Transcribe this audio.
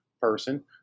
person